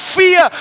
fear